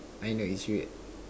I no issue